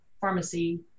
pharmacy